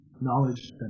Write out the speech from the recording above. Knowledge